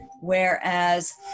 whereas